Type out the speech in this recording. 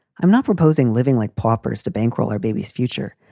i'm not proposing living like paupers to bankroll our babies future.